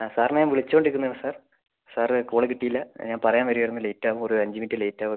ആ സാറിനെ ഞാൻ വിളിച്ചുകൊണ്ട് ഇരുന്നതാണ് സാർ സാറ് കോള് കിട്ടിയില്ല ഞാൻ പറയാൻ വരുവായിരുന്നു ലേറ്റ് ആവും ഒര് അഞ്ച് മിനിറ്റ് ലേറ്റ് ആകുമെന്ന്